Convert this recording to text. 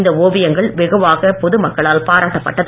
இந்த ஓவியங்கள் வெகுவாக பொது மக்களால் பாராட்டப்பட்டது